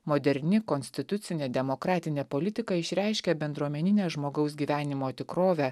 moderni konstitucinė demokratinė politika išreiškia bendruomeninę žmogaus gyvenimo tikrovę